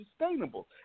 sustainable